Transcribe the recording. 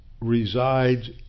resides